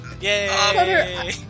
Yay